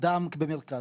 על האדם במרכז,